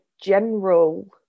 general